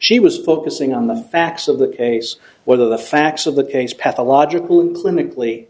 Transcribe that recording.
she was focusing on the facts of the case where the facts of the case pathological implement really